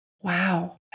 Wow